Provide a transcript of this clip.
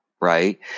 right